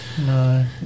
No